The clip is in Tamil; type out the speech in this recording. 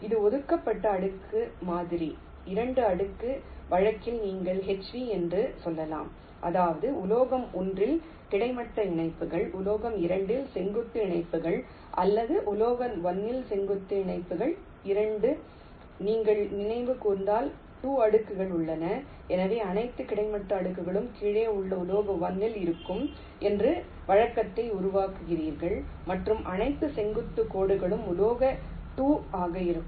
இது ஒதுக்கப்பட்ட அடுக்கு மாதிரி 2 அடுக்கு வழக்கில் நீங்கள் HV என்று சொல்லலாம் அதாவது உலோகம் 1 இல் கிடைமட்ட இணைப்புகள் உலோகம் 2 இல் செங்குத்து இணைப்புகள் அல்லது உலோகத்தின் 1 செங்குத்து இணைப்புகள் 2 நீங்கள் நினைவு கூர்ந்தால் 2 அடுக்குகள் உள்ளன எனவே அனைத்து கிடைமட்ட கோடுகளும் கீழே உள்ள உலோக 1 இல் இருக்கும் என்று வழக்கத்தை உருவாக்குகிறீர்கள் மற்றும் அனைத்து செங்குத்து கோடுகளும் உலோகம் 2 ஆக இருக்கும்